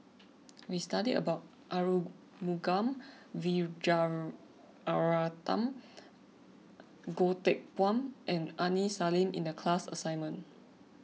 we studied about Arumugam Vijiaratnam Goh Teck Phuan and Aini Salim in the class assignment